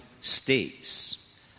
states